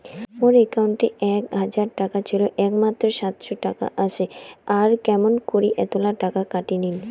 মোর একাউন্টত এক হাজার টাকা ছিল এলা মাত্র সাতশত টাকা আসে আর কেমন করি এতলা টাকা কাটি নিল?